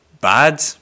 bad